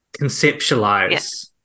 conceptualize